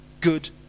good